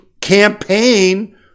campaign